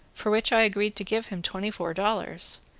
for which i agreed to give him twenty-four dollars,